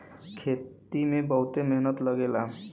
खेती में बहुते मेहनत लगेला